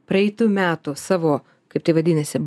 praeitų metų savo kaip tai vadinasi